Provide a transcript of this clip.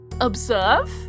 observe